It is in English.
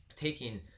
taking